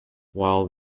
while